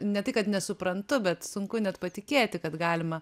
ne tai kad nesuprantu bet sunku net patikėti kad galima